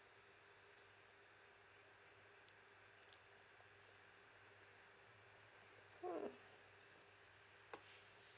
hmm